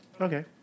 Okay